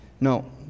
No